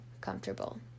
comfortable